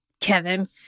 kevin